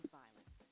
violence